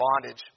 bondage